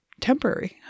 temporary